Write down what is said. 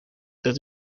dat